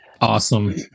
Awesome